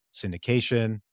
syndication